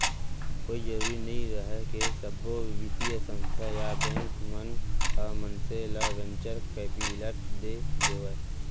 कोई जरुरी नइ रहय के सब्बो बित्तीय संस्था या बेंक मन ह मनसे ल वेंचर कैपिलट दे देवय